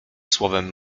słowem